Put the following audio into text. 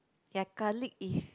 your colleague if